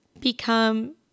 become